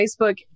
Facebook